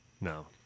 No